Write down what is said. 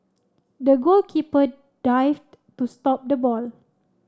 the goalkeeper dived to stop the ball